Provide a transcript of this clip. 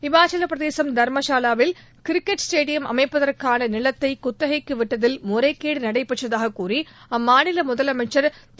இணச்சவப்பிரதேசும் தரம்சாவாவில் cricket stadium அமைப்பதற்கான நிலத்தை குத்தகைக்கு விட்டதில் முறைகேடு நடைபெற்றதாக கூறி அம்மாநில முதலனமச்சர் திரு